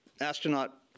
astronaut